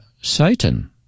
Satan